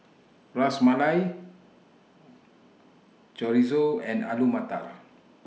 Ras Malai Chorizo and Alu Matar